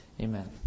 Amen